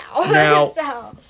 Now